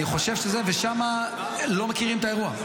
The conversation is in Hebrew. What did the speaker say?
ושם לא מכירים את האירוע.